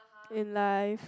in life